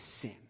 sin